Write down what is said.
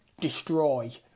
destroy